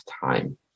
time